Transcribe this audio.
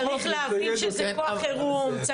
צריך להבין שזה כוח חירום,